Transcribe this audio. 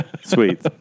Sweet